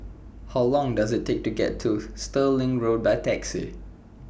How Long Does IT Take to get to Stirling Road By Taxi